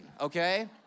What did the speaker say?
okay